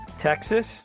Texas